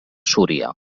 súria